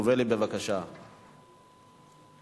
עברה בקריאה ראשונה ותעבור להמשך דיון לוועדת העבודה והרווחה.